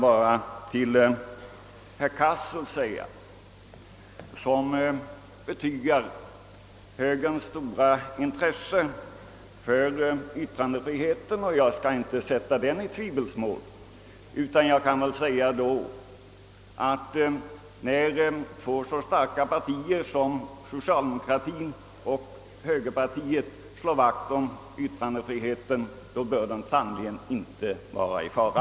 Herr Cassel betygar högerns stora intresse för yttrandefriheten, och jag skall inte dra det i tvivelsmål. När två så starka partier som socialdemokraterna och högern slår vakt om yttrandefriheten bör den sannerligen inte vara i fara.